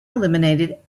eliminated